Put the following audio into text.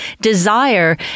desire